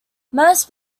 most